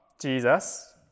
Jesus